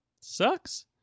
Sucks